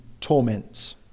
torments